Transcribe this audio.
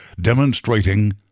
demonstrating